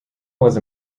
was